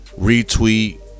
Retweet